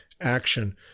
action